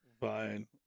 Fine